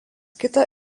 kitą